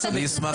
אין מקום לזה,